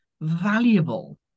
valuable